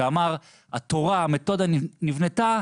הוא אמר שהמתודה נבנתה